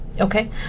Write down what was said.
Okay